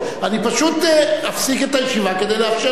אני פשוט אפסיק את הישיבה כדי לאפשר לך